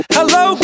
Hello